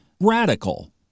radical